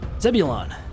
Zebulon